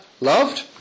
loved